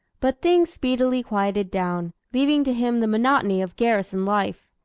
but things speedily quieted down, leaving to him the monotony of garrison life.